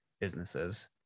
businesses